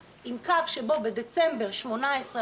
עם קו שבו בדצמבר 2018,